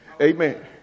Amen